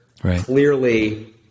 Clearly